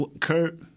Kurt